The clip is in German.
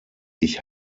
ich